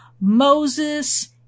Moses